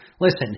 Listen